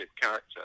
character